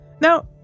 Now